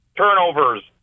turnovers